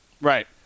Right